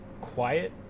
quiet